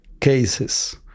cases